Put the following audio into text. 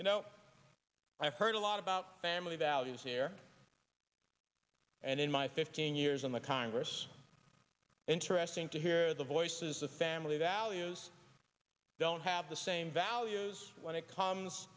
you know i've heard a lot about family values here and in my fifteen years in the congress interesting to hear the voices of family values don't have the same values when it comes